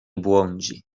błądzi